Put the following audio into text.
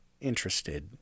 interested